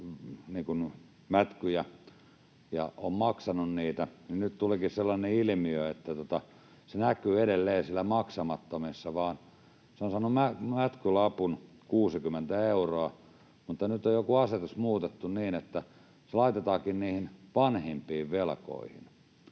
veromätkyjä ja on maksanut niitä, niin nyt tulikin sellainen ilmiö, että se näkyy edelleen siellä maksamattomissa. Hän on saanut mätkylapun, 60 euroa, mutta nyt on joku asetus muutettu niin, että se laitetaankin niihin vanhimpiin velkoihin.